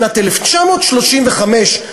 בשנת 1935,